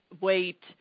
weight